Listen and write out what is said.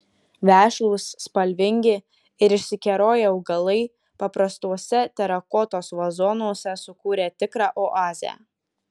vešlūs spalvingi ir išsikeroję augalai paprastuose terakotos vazonuose sukūrė tikrą oazę